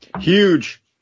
huge